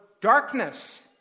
darkness